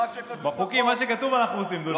בחוקים, מה שכתוב אנחנו עושים, דודי.